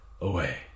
away